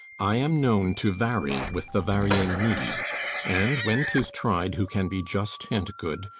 i am known to vary with the varying need and when tis tried, who can be just and good,